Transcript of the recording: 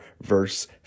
verse